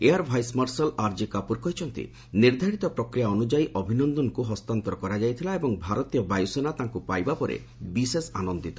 air vice marshal R G Kapoor କହିଛନ୍ତି ନିର୍ଦ୍ଧାରିତ ପ୍ରକ୍ରିୟା ଅନୁଯାୟୀ ଅଭିନନ୍ଦନଙ୍କୁ ହସ୍ତାନ୍ତର କରାଯାଇଥିଲା ଏବଂ ଭାରତୀୟ ବାୟୁସେନା ତାଙ୍କୁ ପାଇବା ପରେ ବିଶେଷ ଆନନ୍ଦିତ